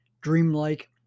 dreamlike